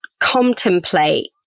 contemplate